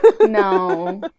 no